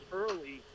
early